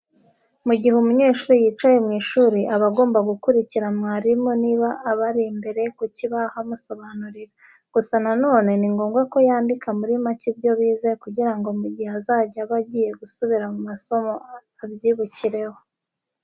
Mu gihe umunyeshuri yicaye mu ishuri aba agomba gukurikira mwarimu niba aba ari mbere ku kibaho amusobanurira. Gusa na none ni ngombwa ko yandika muri make ibyo bize kugira ngo mu gihe azajya aba agiye gusubira mu masomo abyibukireho.